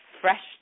fresh